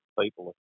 people